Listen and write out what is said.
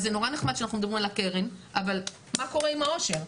אז זה נורא נחמד שאנחנו מדברים על הקרן אבל מה קורה עם העושר?